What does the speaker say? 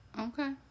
Okay